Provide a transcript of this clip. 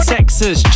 Texas